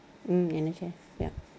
mm understand ya